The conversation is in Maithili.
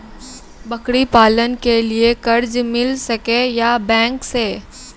बकरी पालन के लिए कर्ज मिल सके या बैंक से?